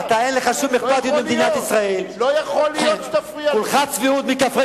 לא לא לא, חבר הכנסת גילאון.